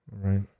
right